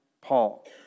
Paul